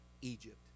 Egypt